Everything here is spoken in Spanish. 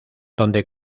donde